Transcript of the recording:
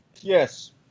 yes